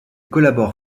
collabore